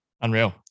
unreal